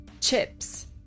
chips